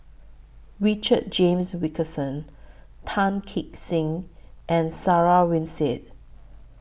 Richard James Wilkinson Tan Kee Sek and Sarah Winstedt